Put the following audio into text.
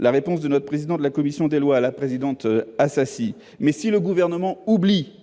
la réponse du président de la commission des lois à Mme la présidente Assassi. Mais si le Gouvernement oublie